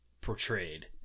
portrayed